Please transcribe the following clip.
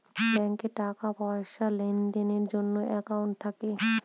ব্যাঙ্কে টাকা পয়সার লেনদেনের জন্য একাউন্ট থাকে